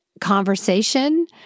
conversation